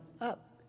up